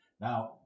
Now